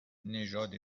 نژاد